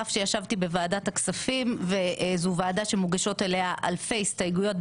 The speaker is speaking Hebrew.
על אף שישבתי בוועדת הכספים וזו ועדה שמוגשות אליה אלפי הסתייגויות,